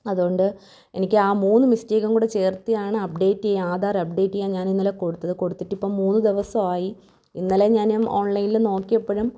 അതുകൊണ്ട് എനിക്ക് ആ മൂന്ന് മിസ്റ്റേക്കും കൂടെ ചേർത്താണ് അപ്പ്ഡേറ്റ് ചെയ്യാൻ ആധാർ അപ്പ്ഡേറ്റ് ചെയ്യാൻ ഞാനിന്നലെ കൊടുത്തത് കൊടുത്തിട്ടിപ്പം മൂന്ന് ദിവസമായി ഇന്നലെ ഞാൻ ഓൺലൈനിൽ നോക്കിയപ്പോഴും